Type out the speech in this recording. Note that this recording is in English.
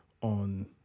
on